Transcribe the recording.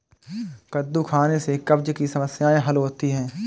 कद्दू खाने से कब्ज़ की समस्याए हल होती है